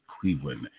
Cleveland